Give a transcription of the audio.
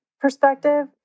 perspective